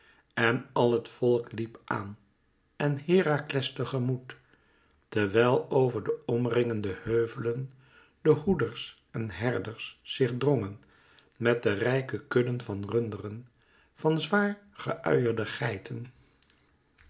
en al het volk liep aan en herakles te gemoet terwijl over de omringende heuvelen de hoeders en herders zich drongen met de rijke kudden van runderen van zwaar ge uierde geiten